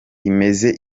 imeze